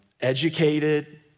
educated